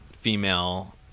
female